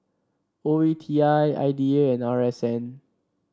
O E T I I D A and R S N